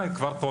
הם כבר פה,